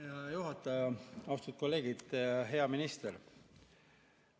Hea juhataja! Austatud kolleegid! Hea minister!